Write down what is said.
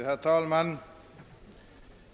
Herr talman!